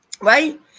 right